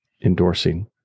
endorsing